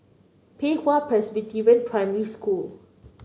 Pei Hwa Presbyterian Primary School